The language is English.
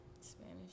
Spanish